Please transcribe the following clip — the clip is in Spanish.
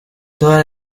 todas